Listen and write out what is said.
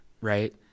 right